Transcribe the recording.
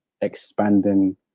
expanding